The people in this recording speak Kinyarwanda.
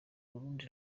urundi